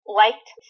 liked